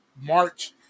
march